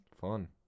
Fun